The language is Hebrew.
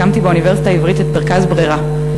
הקמתי באוניברסיטה העברית את מרכז "ברירה",